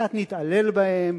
וקצת נתעלל בהם,